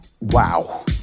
wow